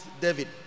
David